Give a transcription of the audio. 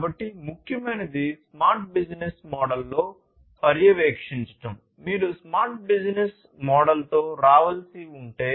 కాబట్టి ముఖ్యమైనది smart business మోడల్లో పర్యవేక్షించడం మీరు స్మార్ట్ బిజినెస్ మోడల్తో రావాల్సి ఉంటే